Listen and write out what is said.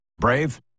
Brave